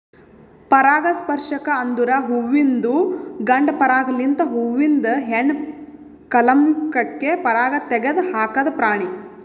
ಪರಾಗಸ್ಪರ್ಶಕ ಅಂದುರ್ ಹುವಿಂದು ಗಂಡ ಪರಾಗ ಲಿಂತ್ ಹೂವಿಂದ ಹೆಣ್ಣ ಕಲಂಕಕ್ಕೆ ಪರಾಗ ತೆಗದ್ ಹಾಕದ್ ಪ್ರಾಣಿ